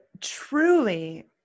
truly